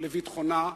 לביטחונה,